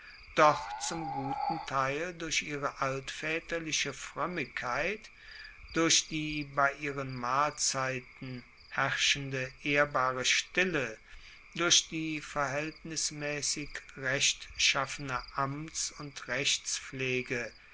doch zum guten teil durch ihre altvaeterliche froemmigkeit durch die bei ihren mahlzeiten herrschende ehrbare stille durch die verhaeltnismaessig rechtschaffene amts und rechtspflege